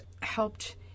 helped